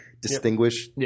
distinguish